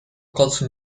accolse